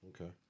Okay